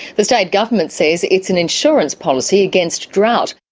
the state government says it's an insurance policy against drought.